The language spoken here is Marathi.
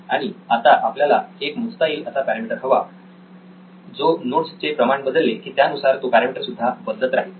आणि आता आपल्याला एक मोजता येईल असा पॅरामीटर हवा आहे जो नोट्स चे प्रमाण बदलले की त्यानुसार तो पॅरामिटर सुद्धा बदलत राहील